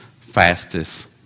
fastest